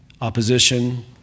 opposition